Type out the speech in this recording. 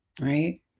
Right